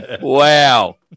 Wow